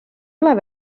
ole